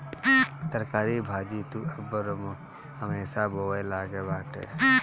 तरकारी भाजी त अब बारहोमास बोआए लागल बाटे